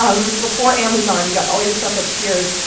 um it was before amazon. you got all your stuff at sears.